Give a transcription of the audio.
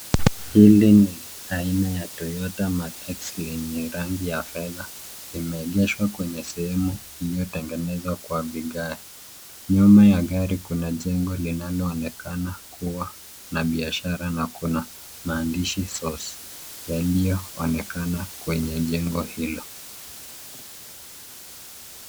Hili ni aina ya Toyota Mac-x lenye rangi ya fedha limeegeshwa kwenye sehemu iliyotengenezwa kwa vigae. Nyuma ya gari kuna jengo linaloonekana kuwa na biashara na kuna maandishi source yaliyoonekana kwenye jengo hilo.